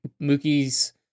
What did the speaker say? Mookie's